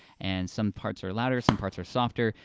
and some parts are louder, some parts are softer,